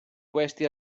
questi